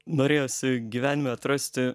norėjosi gyvenime atrasti